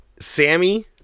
Sammy